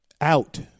out